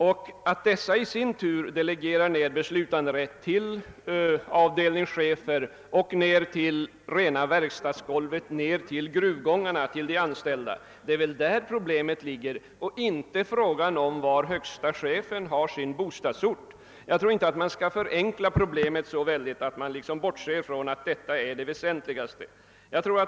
I sin tur bör dessa delegera beslutanderätten till avdelningscheferna, verkstadsarbetarna och de anställda i gruvgångarna. Det är där problemet ligger. Det är inte fråga om var högste chefen har sin bostadsort. Jag tror inte att man skall förenkla problemet så att man bortser från att detta är det väsentliga.